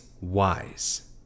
wise